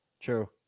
True